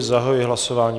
Zahajuji hlasování.